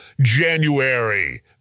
January